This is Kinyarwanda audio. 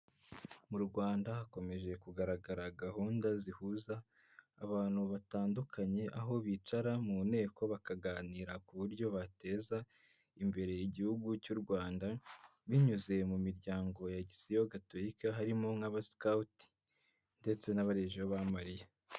Mu Rwanda hakomeje kugaragara gahunda zihuza abantu batandukanye, aho bicara mu nteko bakaganira ku buryo bateza imbere igihugu cy'u Rwanda, binyuze mu miryango ya Gisiyo gatolika harimo nk'Abasikawuti ndetse n'Abarejiyo ba Mariye.